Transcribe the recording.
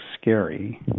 scary